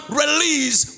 release